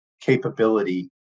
capability